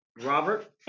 Robert